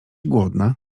głodna